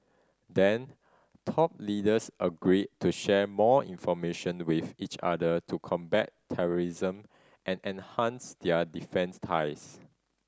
then top leaders agreed to share more information with each other to combat terrorism and enhance their defence ties